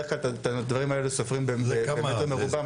בדרך כלל את הדברים האלה סופרים במטר מרובע,